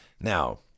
Now